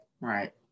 right